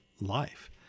life